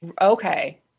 Okay